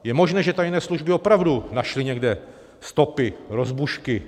Je možné, že tajné služby opravdu našly někde stopy rozbušky.